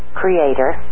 creator